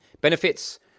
benefits